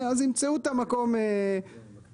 אז ימצאו את המקום הנכון.